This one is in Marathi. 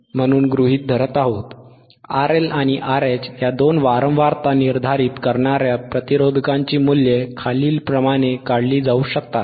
1µF म्हणून गृहीत धरत आहोत RLआणि RH या दोन वारंवारता निर्धारित करणार्या प्रतिरोधकांची मूल्ये खालीलप्रमाणे काढली जाऊ शकतात